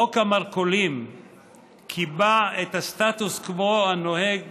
חוק המרכולים קיבע את הסטטוס קוו הנוהג